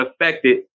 affected